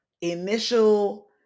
initial